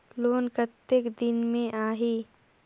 Loan कतेक दिन मे आही?